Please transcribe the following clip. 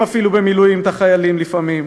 אפילו במילואים את החיילים לפעמים,